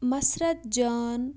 Masrat Jan